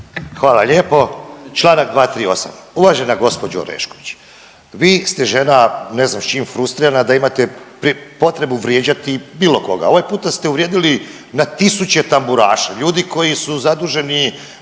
Goran (HDZ)** Članak 238. Uvažena gospođo Orešković vi ste žena ne znam s čim frustrirana da imate potrebu vrijeđati bilo koga. Ovaj puta ste uvrijedili na tisuće tamburaša, ljudi koji su zaduženi